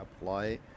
apply